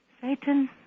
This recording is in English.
Satan